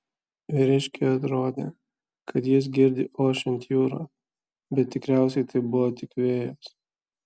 vyriškiui atrodė kad jis girdi ošiant jūrą bet tikriausiai tai buvo tik vėjas